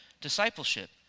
discipleship